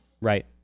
Right